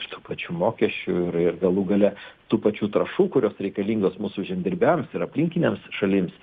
ir tų pačių mokesčių ir ir galų gale tų pačių trąšų kurios reikalingos mūsų žemdirbiams ir aplinkinėms šalims